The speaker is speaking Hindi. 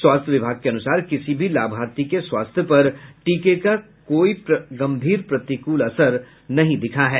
स्वास्थ्य विभाग के अनुसार किसी भी लाभार्थी के स्वास्थ्य पर टीके का कोई गंभीर प्रतिकूल असर नहीं दिखा है